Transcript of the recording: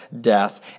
death